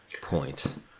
point